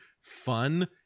fun